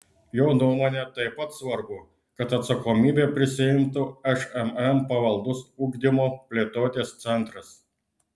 jo nuomone taip pat svarbu kad atsakomybę prisiimtų šmm pavaldus ugdymo plėtotės centras